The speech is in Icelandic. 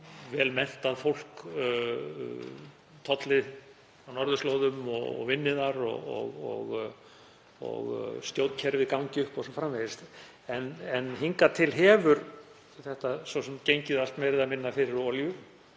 vel menntað fólk tolli á norðurslóðum og vinni þar, að stjórnkerfið gangi upp o.s.frv. Hingað til hefur þetta svo sem gengið allt meira eða minna fyrir olíu